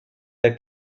the